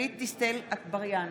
בהצבעה גלית דיסטל אטבריאן,